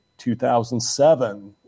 2007